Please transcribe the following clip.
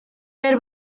ver